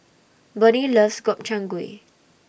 Bonnie loves Gobchang Gui